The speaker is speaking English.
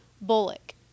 Bullock